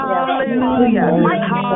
Hallelujah